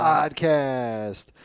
Podcast